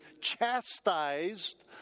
chastised